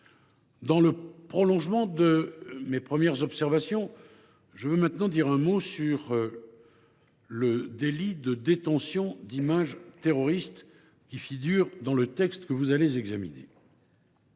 Dans le prolongement de mes premières observations, je veux maintenant dire un mot du délit de détention d’images terroristes, qui figure dans le texte que vous allez examiner.